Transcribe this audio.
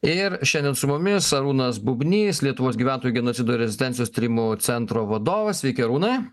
ir šiandien su mumis arūnas bubnys lietuvos gyventojų genocido rezistencijos tyrimo centro vadovas sveiki arūnai